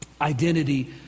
Identity